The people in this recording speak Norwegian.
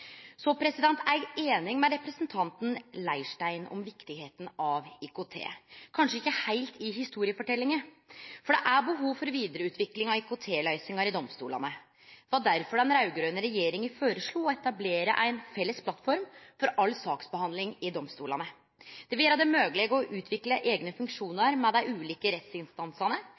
Så er eg einig med representanten Leirstein i viktigheita av IKT – men kanskje ikkje heilt i historieforteljinga – for det er behov for vidareutvikling av IKT-løysingar i domstolane. Det var derfor den raud-grøne regjeringa føreslo å etablere ein felles plattform for all saksbehandling i domstolane. Det vil gjere det mogleg å utvikle eigne funksjonar ved dei ulike rettsinstansane,